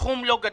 סכום לא גדול.